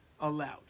allowed